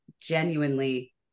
genuinely